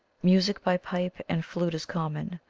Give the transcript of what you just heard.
music by pipe and flute is common,